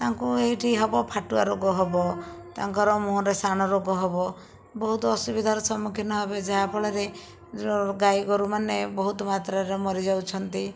ତାଙ୍କୁ ଏଇଠି ହେବ ଫାଟୁଆ ରୋଗ ହେବ ତାଙ୍କର ମୁଁହରେ ସାଣ ରୋଗ ହେବ ବହୁତ ଅସୁବିଧାର ସମ୍ମୁଖୀନ ହେବେ ଯାହାଫଳରେ ଗାଈ ଗୋରୁ ମାନେ ବହୁତ ମାତ୍ରାରେ ମରି ଯାଉଛନ୍ତି